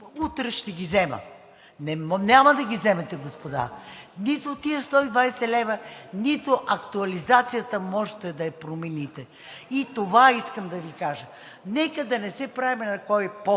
утре ще ти ги взема. Няма да ги вземете, господа! Нито тези 120 лв., нито актуализацията можете да я промените. И това искам да Ви кажа. Нека да не се правим кой